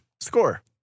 Score